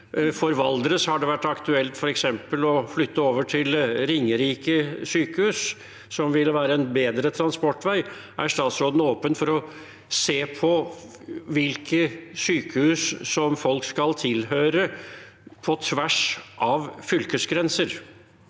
for Valdres vært aktuelt f.eks. å flytte over til Ringerike sykehus, som ville medført en bedre transportvei? Er statsråden åpen for å se på hvilke sykehus folk skal tilhøre, på tvers av fylkesgrenser?